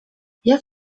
jak